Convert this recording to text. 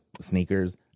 sneakers